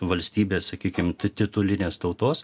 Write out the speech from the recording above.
valstybės sakykim titulinės tautos